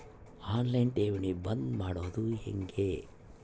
On line ಠೇವಣಿ ಬಂದ್ ಮಾಡೋದು ಹೆಂಗೆ?